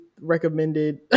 recommended